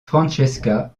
francesca